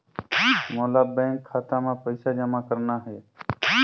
मोला बैंक खाता मां पइसा जमा करना हे?